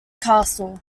castle